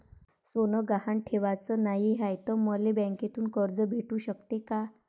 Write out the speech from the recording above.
सोनं गहान ठेवाच नाही हाय, त मले बँकेतून कर्ज भेटू शकते का?